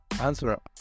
answer